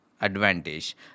advantage